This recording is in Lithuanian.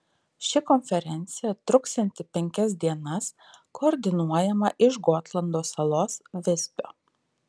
ši konferencija truksianti penkias dienas koordinuojama iš gotlando salos visbio